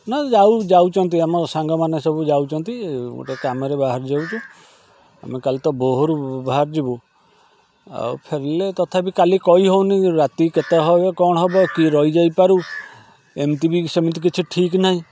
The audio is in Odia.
ନା ଯାଉଛନ୍ତି ଆମର ସାଙ୍ଗମାନେ ସବୁ ଯାଉଛନ୍ତି ଗୋଟେ କାମରେ ବାହାରି ଯାଉଛୁ ଆମେ କାଲି ତ ଭୋରରୁ ବାହାରିଯିବୁ ଆଉ ଫେରିଲେ ତଥାପି କହିହେଉନି ରାତି କେତେ ହେବ କ'ଣ ହେବ କି ରହିଯାଇପାରୁ ଏମିତି ବି ସେମିତି କିଛି ଠିକ୍ ନାହିଁ